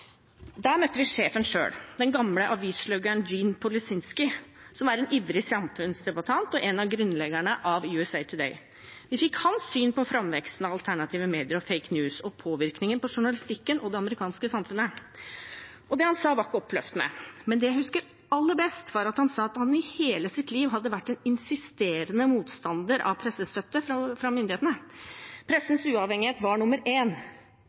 Der møtte vi sjefen sjøl, den gamle avissluggeren Gene Policinski, som er en ivrig samfunnsdebattant og en av grunnleggerne av USA Today. Vi fikk hans syn på framveksten av alternative medier og «fake news» og påvirkningen på journalistikken og det amerikanske samfunnet. Det han sa, var ikke oppløftende. Det jeg husker aller best, var at han sa at han i hele sitt liv hadde vært en insisterende motstander av pressestøtte fra myndighetene. Pressens uavhengighet var nummer